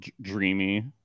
Dreamy